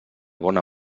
bona